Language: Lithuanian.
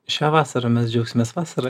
šią vasarą mes džiaugsimės vasara